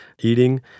eating